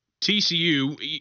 TCU